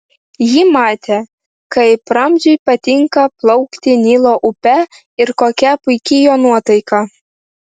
ji matė kaip ramziui patinka plaukti nilo upe ir kokia puiki jo nuotaika